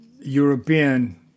European